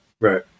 right